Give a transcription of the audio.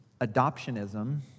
Adoptionism